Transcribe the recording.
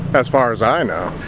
as far as i know.